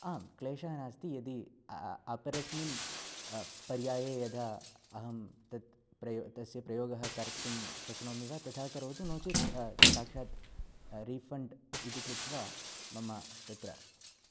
आं क्लेशः नास्ति यदि अ अपरऽस्मिन् पर्याये यदा अहं तत् प्र तस्य प्रयोगं कर्तुं शक्नोमि वा तथा करोतु नो चेत् साक्षात् रिफण्ड् इति कृत्वा मम तत्र